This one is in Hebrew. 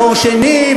דור שני,